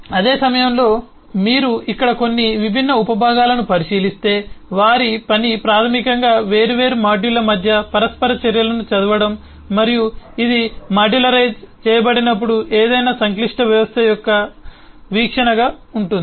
అదే సమయంలో మీరు ఇక్కడ కొన్ని విభిన్న ఉప భాగాలను పరిశీలిస్తే వారి పని ప్రాథమికంగా వేర్వేరు మాడ్యూళ్ల మధ్య పరస్పర చర్యలను చదవడం మరియు ఇది మాడ్యులరైజ్ చేయబడినప్పుడు ఏదైనా సంక్లిష్ట వ్యవస్థ యొక్క వీక్షణగా ఉంటుంది